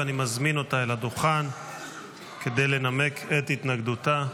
ואני מזמין אותה לדוכן כדי לנמק את התנגדותה